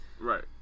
Right